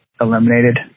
eliminated